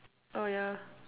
oh yeah